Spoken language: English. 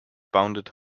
bounded